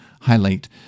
highlight